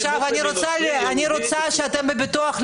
יוליה מלינובסקי (יו"ר ועדת מיזמי תשתית